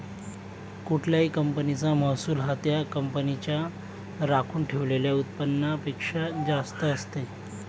कुठल्याही कंपनीचा महसूल हा त्या कंपनीच्या राखून ठेवलेल्या उत्पन्नापेक्षा जास्त असते